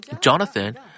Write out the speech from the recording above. Jonathan